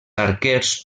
arquers